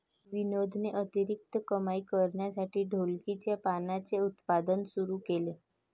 विनोदने अतिरिक्त कमाई करण्यासाठी ढोलकीच्या पानांचे उत्पादन सुरू केले